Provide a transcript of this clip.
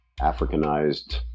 Africanized